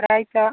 ഒരാഴ്ച